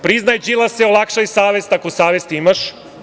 Priznaj, Đilase, olakšaj savet, ako saveti imaš.